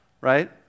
right